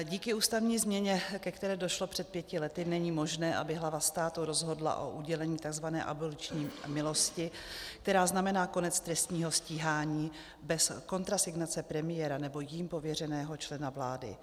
Díky ústavní změně, ke které došlo před pěti lety, není možné, aby hlava státu rozhodla o udělení takzvané aboliční milosti, která znamená konec trestního stíhání, bez kontrasignace premiéra nebo jím pověřeného člena vlády.